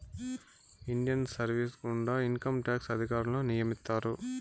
Indian service గుండా income tax అధికారులను నియమిత్తారు